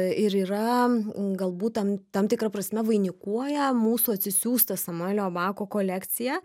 ir yra galbūt tam tam tikra prasme vainikuoja mūsų atsisiųstą samuelio bako kolekciją